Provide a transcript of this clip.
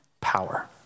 power